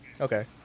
okay